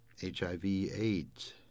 HIV-AIDS